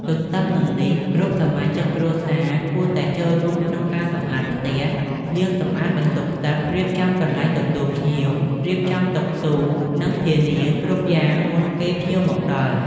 ទន្ទឹមនឹងនេះគ្រប់សមាជិកគ្រួសារគួរតែចូលរួមក្នុងការសម្អាតផ្ទះ លាងសម្អាតបន្ទប់ទឹក រៀបចំកន្លែងទទួលភ្ញៀវ រៀបចំតុ ទូ និងធានាគ្រប់យ៉ាងមុនពេលភ្ញៀវមកដល់។